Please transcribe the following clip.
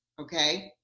Okay